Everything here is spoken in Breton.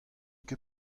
ket